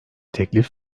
teklif